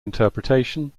interpretation